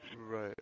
Right